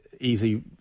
easy